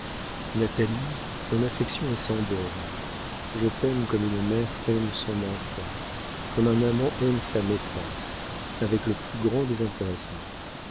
natalie mon affection est sans bornes je t'aime comme une mère aime son enfant comme un amant aime sa maîtresse avec le plus grand désintéressement